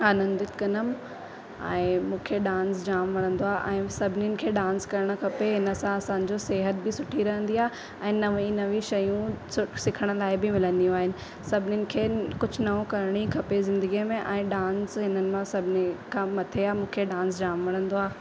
आनंदित कंदमि ऐं मूंखे डांस जाम वणंदो आहे ऐं सभिनीनि खे डांस करणु खपे हिन सां असांजो सिहत बि सुठी रहंदी आहे ऐं नवे नवी शयूं सु सिखण लाइ बि मिलंदियूं आहिनि सभिनीनि खे कुझु नओं ई करिणी खपे ज़िंदगीअ में ऐं डांस इन्हनि मां सभिनी खां मथे आहे मूंखे डांस जाम वणंदो आहे